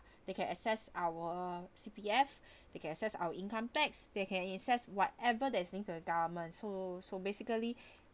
they can access our C_P_F they can access our income tax they can access whatever that is linked to the government so so basically